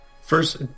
First